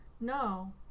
No